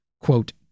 quote